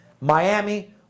Miami